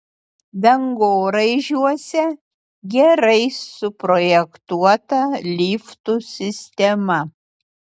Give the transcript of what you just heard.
dangoraižiuose gerai suprojektuota liftų sistema